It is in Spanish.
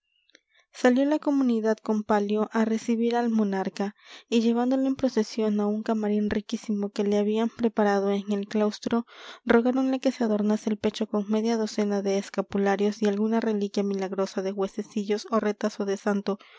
mudanzas salió la comunidad con palio a recibir al monarca y llevándole en procesión a un camarín riquísimo que le habían preparado en el claustro rogáronle que se adornase el pecho con media docena de escapularios y alguna reliquia milagrosa de huesecillos o retazo de santo